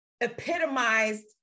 epitomized